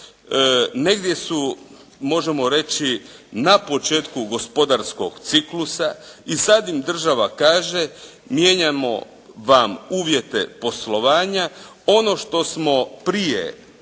negdje su, možemo reći na početku gospodarskog ciklusa i sada im država kaže, mijenjamo vam uvjete poslovanja, ono što smo prije